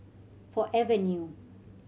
Forever New